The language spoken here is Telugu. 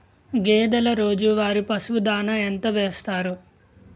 గేదెల రోజువారి పశువు దాణాఎంత వేస్తారు?